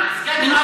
מסגד אל-אקצא.